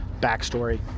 backstory